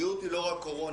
בריאות היא לא רק קורונה.